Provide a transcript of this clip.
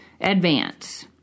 Advance